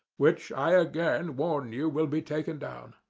which i again warn you will be taken down.